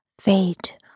Fate